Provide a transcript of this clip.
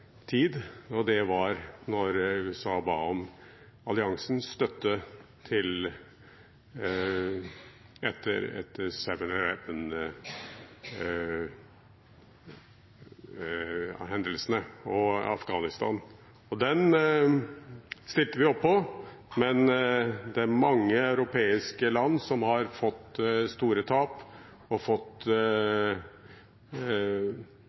tid, og det var da USA ba om alliansens støtte etter 9/11-hendelsene og Afghanistan. Den stilte vi opp på, men det er mange europeiske land som har fått store tap og ikke fått